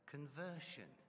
Conversion